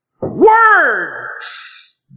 Words